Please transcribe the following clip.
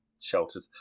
sheltered